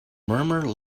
murmur